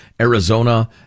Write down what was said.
Arizona